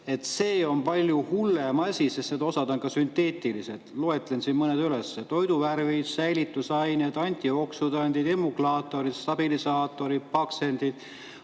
see on palju hullem asi, sest osa neist on ka sünteetilised. Loetlen siin mõned: toiduvärv, säilitusained, antioksüdandid, emulgaatorid, stabilisaatorid, paksendid,